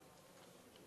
סעיפים 1